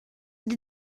vous